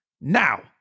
now